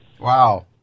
Wow